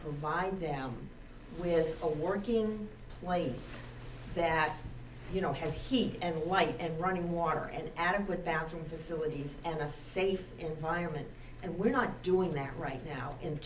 provide them with a working plates that you know has heat and light and running water and adequate bathroom facilities and a safe environment and we're not doing that right now in